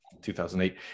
2008